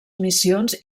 missions